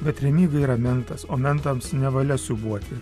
bet remyga yra mentas o mentams nevalia siūbuoti